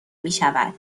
میشود